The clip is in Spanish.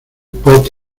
pop